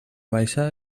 baixa